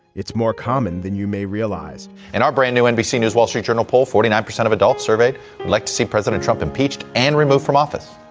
it's more common than you may realize and our brand new nbc news wall street journal poll forty nine percent of adults surveyed liked to see president trump impeached and removed from office.